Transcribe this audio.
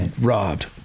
robbed